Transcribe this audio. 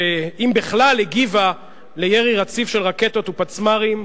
שאם בכלל הגיבה על ירי רציף של רקטות ופצמ"רים,